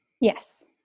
Yes